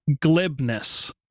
glibness